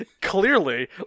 Clearly